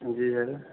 हां जी सर